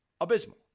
Abysmal